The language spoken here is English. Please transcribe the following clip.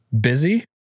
Busy